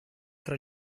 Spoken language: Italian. tra